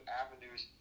avenues